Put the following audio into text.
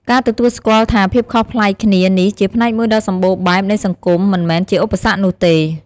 ការទទួលស្គាល់ថាភាពខុសប្លែកគ្នានេះជាផ្នែកមួយដ៏សម្បូរបែបនៃសង្គម មិនមែនជាឧបសគ្គនោះទេ។